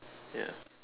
ya